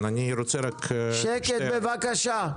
שקט בבקשה.